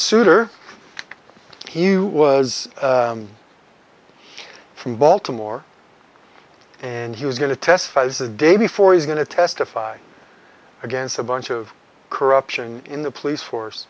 souter he was from baltimore and he was going to testify is the day before he's going to testify against a bunch of corruption in the police force